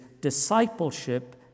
Discipleship